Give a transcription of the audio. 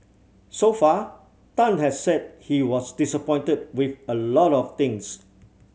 so far Tan has said he was disappointed with a lot of things